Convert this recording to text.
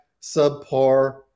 subpar